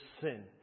sin